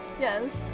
yes